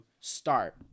start